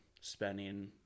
spending –